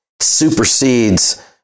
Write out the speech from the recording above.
supersedes